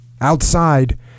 Outside